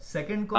Second